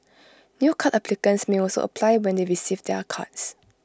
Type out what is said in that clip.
new card applicants may also apply when they receive their cards